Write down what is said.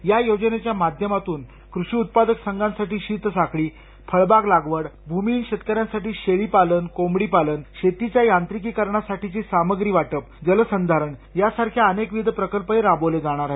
या योजनेच्या माध्यमातून कृषी उत्पादक संघासाठी शीतसाखळी फळबाग लागवड भूमिहीन शेतकऱ्यांसाठी शेळीपालन कोँबडी पालन शेवीच्या यांविकीकरणासाठी सामग्री वाटप जलसंधारण या सारखे अनेकविध प्रकल्पही राबवले जाणार आहेत